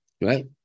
Right